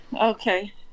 Okay